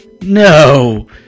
no